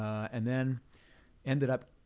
and then ended up,